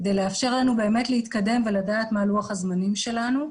כדי לאפשר לנו להתקדם ולדעת מה לוח הזמנים שלנו.